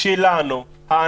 לבכם לסעיף 7, קידום מודעות.